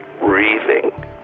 breathing